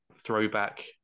throwback